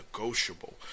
negotiable